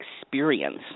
experience